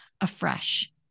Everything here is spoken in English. afresh